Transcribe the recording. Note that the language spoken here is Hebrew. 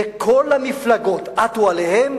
וכל המפלגות עטו עליהם